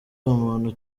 umuntu